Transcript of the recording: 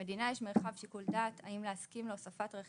החוק פה בעצם מדבר על זה שהצדדים להסכמים קיבוציים יוכלו להחריג רכיבים.